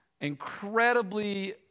incredibly